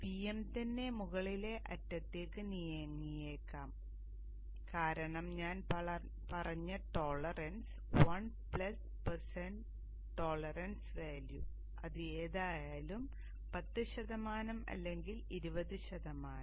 Vm തന്നെ മുകളിലെ അറ്റത്തേക്ക് നീങ്ങിയേക്കാം കാരണം ഞാൻ പറഞ്ഞ ടോളറൻസ് 1 പെർസെന്റ് ടോളറൻസ് വാല്യൂ അത് ഏതായാലും 10 അല്ലെങ്കിൽ 20 100